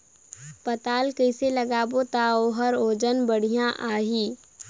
पातल कइसे लगाबो ता ओहार वजन बेडिया आही?